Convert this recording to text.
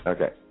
Okay